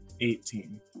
Eighteen